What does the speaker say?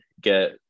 get